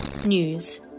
News